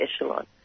echelon